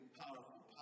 powerful